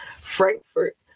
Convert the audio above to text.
Frankfurt